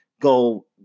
go